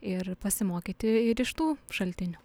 ir pasimokyti ir iš tų šaltinių